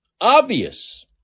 Obvious